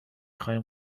خواهیم